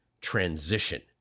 transition